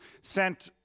sent